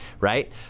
right